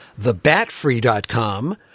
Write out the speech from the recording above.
TheBatFree.com